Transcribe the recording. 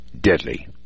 deadly